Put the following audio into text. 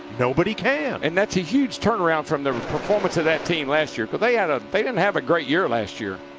nobody can. and that's a huge turnaround from the performance of that team last year. because they and they didn't have a great year last year.